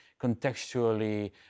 contextually